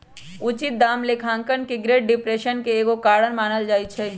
उचित दाम लेखांकन के ग्रेट डिप्रेशन के एगो कारण मानल जाइ छइ